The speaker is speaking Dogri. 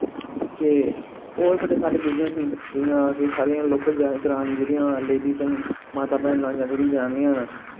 ते और बड़े सारे बिजनेस न जि'यां कि साढ़ियां लोकल ग्रां दी जेह्ड़ियां लेडियां न माता भैनां जां जेह्ड़ियां जनानियां न